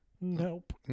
Nope